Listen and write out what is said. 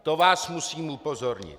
To vás musím upozornit.